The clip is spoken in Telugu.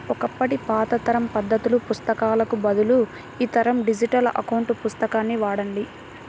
ఒకప్పటి పాత తరం పద్దుల పుస్తకాలకు బదులు ఈ తరం డిజిటల్ అకౌంట్ పుస్తకాన్ని వాడండి